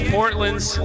Portland's